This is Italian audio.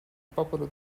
popolo